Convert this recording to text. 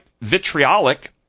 vitriolic